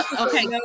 Okay